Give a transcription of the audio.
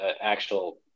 actual